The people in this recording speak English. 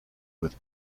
with